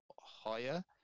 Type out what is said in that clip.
higher